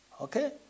Okay